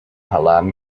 hallam